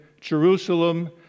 Jerusalem